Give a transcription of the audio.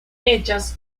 hechas